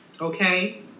okay